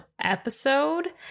episode